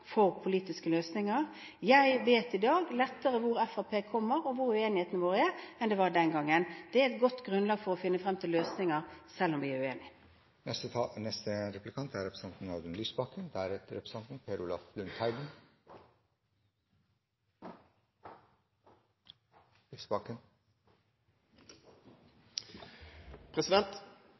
for politiske løsninger. Jeg vet i dag lettere hvor Fremskrittspartiet kommer og hvor uenigheten vår er, enn jeg gjorde den gangen. Det er et godt grunnlag for å finne frem til løsninger, selv om vi er